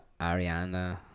Ariana